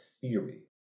theory